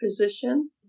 position